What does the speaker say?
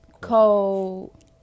Cold